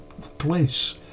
place